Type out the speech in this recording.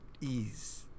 ease